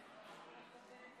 נגד הצעת החוק הצביעו 49 חברי כנסת.